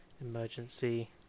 emergency